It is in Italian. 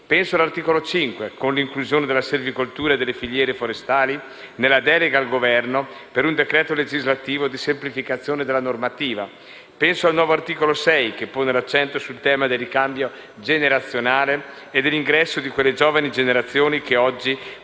Penso all'articolo 5, con l'inclusione della silvicoltura e delle filiere forestali nella delega al Governo per un decreto legislativo di semplificazione della normativa. Penso al nuovo articolo 6, che pone l'accento sul tema del ricambio generazionale e dell'ingresso di quelle giovani generazioni che oggi